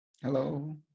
Hello